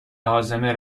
هاضمه